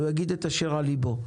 הוא יגיד את אשר אל ליבו.